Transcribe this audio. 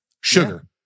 Sugar